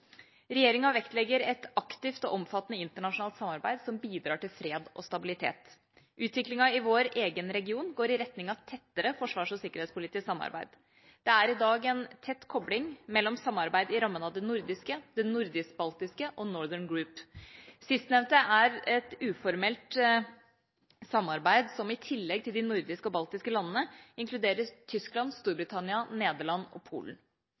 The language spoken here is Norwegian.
Regjeringa vektlegger et aktivt og omfattende internasjonalt samarbeid som bidrar til fred og stabilitet. Utviklingen i vår egen region går i retning av tettere forsvars- og sikkerhetspolitisk samarbeid. Det er i dag en tett kobling mellom samarbeid i rammen av det nordiske, det nordisk-baltiske og Northern Group. Sistnevnte er et uformelt samarbeid som i tillegg til de nordiske og baltiske landene inkluderer Tyskland, Storbritannia, Nederland og Polen.